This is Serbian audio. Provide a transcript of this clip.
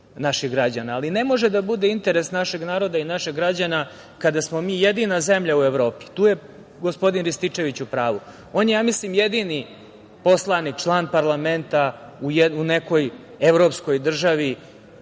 ne može da bude interes našeg naroda, interes naših građana kada smo mi jedina zemlja u Evropi, tu je gospodin Rističević u pravu, on je ja mislim jedini poslanik, član parlamenta u nekoj evropskoj državi